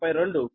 2132